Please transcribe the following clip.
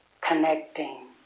connecting